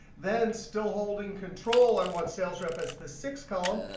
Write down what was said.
then still holding control, i want sales rep as the sixth column.